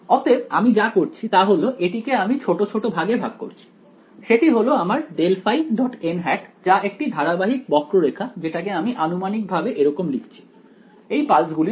অতএব আমি যা করছি তা হল এটিকে আমি ছোট ছোট ভাগে ভাগ করছি সেটি হলো আমার ∇ϕ যা একটি ধারাবাহিক বক্ররেখা যেটাকে আমি আনুমানিকভাবে এরকম লিখছি এই পালস গুলির মত